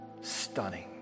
stunning